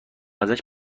ازش